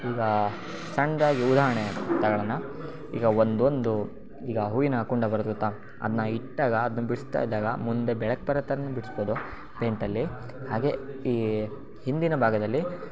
ಈಗ ಸಣ್ಣದಾಗಿ ಉದಾಹರ್ಣೆ ತಗಳಣ ಈಗ ಒಂದೊಂದು ಈಗ ಹೂವಿನ ಕುಂಡ ಬರುತ್ತೆ ಗೊತ್ತಾ ಅದನ್ನ ಇಟ್ಟಾಗ ಅದ್ನ ಬಿಡಿಸ್ತಾ ಇದ್ದಾಗ ಮುಂದೆ ಬೆಳಕು ಬರೋ ಥರನೂ ಬಿಡಿಸ್ಬೋದು ಪೇಂಯ್ಟಲ್ಲಿ ಹಾಗೇ ಈ ಹಿಂದಿನ ಭಾಗದಲ್ಲಿ